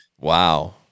Wow